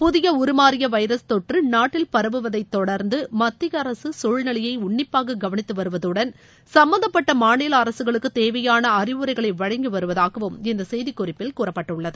புதிய உருமாறிய வைரஸ் தொற்று நாட்டில் பரவுவதை தொடர்ந்து மத்திய அரசு சூழ்நிலையை உள்ளிப்பாக கவனித்து வருவதுடன் சம்பந்தப்பட்ட மாநில அரசுகளுக்கு தேவையாள அறிவுரைகளை வழங்கி வருவதாகவும் இந்த செய்திக் குறிப்பில் கூறப்பட்டுள்ளது